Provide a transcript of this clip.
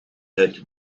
uit